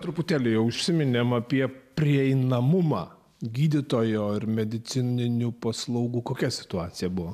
truputėlį užsiminėme apie prieinamumą gydytojo ar medicininių paslaugų kokia situacija buvo